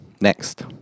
next